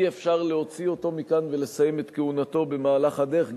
אי-אפשר להוציא אותו מכאן ולסיים את כהונתו במהלך הדרך,